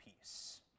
peace